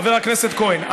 חבר הכנסת כהן,